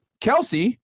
Kelsey